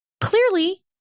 clearly